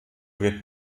wird